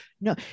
no